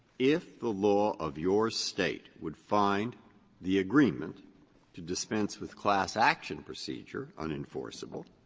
if the law of your state would find the agreement to dispense with class action procedure unenforceable,